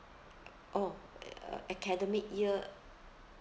oh academic year